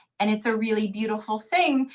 and it's a really beautiful thing,